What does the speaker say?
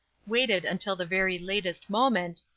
waited until the very latest moment,